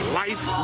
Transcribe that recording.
life